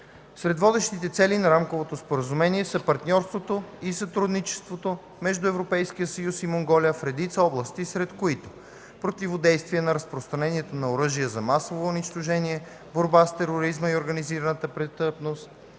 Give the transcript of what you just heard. Сред водещите цели на Рамковото споразумение са партньорството и сътрудничеството между Европейския съюз и Монголия в редица области, сред които: противодействие на разпространението на оръжия за масово унищожение, борба с тероризма и организираната престъпност,